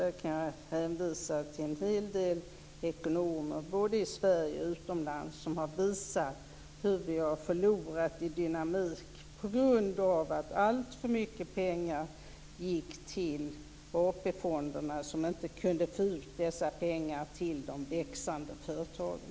Där hänvisar jag till en hel del ekonomer i Sverige och utomlands som har visat hur vi har förlorat i dynamik på grund av att alltför mycket pengar gick till AP-fonderna som inte kunde få ut pengarna till de växande företagen.